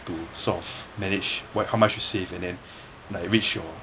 to solve manage why how much you save and then like reach your